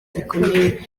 gikomeye